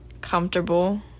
comfortable